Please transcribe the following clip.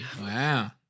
Wow